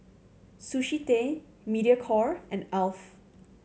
Sushi Tei Mediacorp and Alf